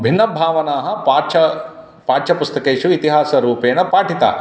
भिन्नाः भावनाः पाठ्य पाठ्यपुस्तकेषु इतिहासरूपेण पाठिताः